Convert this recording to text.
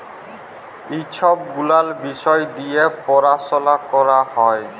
ই ছব গুলাল বিষয় দিঁয়ে পরাশলা ক্যরা হ্যয়